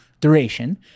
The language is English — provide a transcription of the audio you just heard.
duration